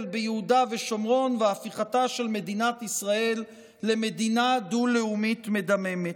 ביהודה ושומרון והפיכתה של מדינת ישראל למדינה דו-לאומית מדממת.